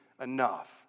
enough